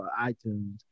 iTunes